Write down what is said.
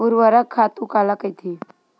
ऊर्वरक खातु काला कहिथे?